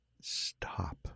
stop